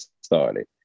started